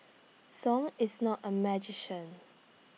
song is not A magician